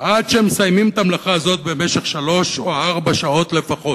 עד שמסיימים את המלאכה הזאת במשך שלוש או ארבע שעות לפחות.